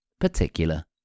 particular